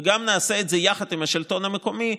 וגם נעשה את זה יחד עם השלטון המקומי,